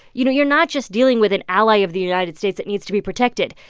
you know you're not just dealing with an ally of the united states that needs to be protected.